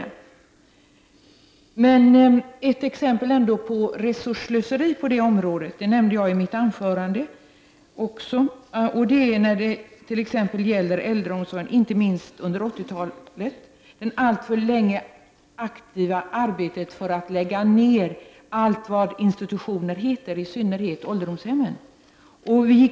Jag nämnde i mitt anförande ett exempel på resursslöseri på det området, nämligen det sedan alltför länge och inte minst under 80-talet aktiva arbetet med att lägga ned allt vad institutioner heter, och i synnerhet ålderdomshem.